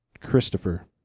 Christopher